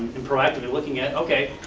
and proactively looking at, okay,